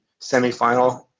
semifinal